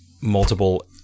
multiple